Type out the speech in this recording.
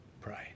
pray